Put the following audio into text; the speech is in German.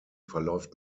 verläuft